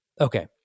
Okay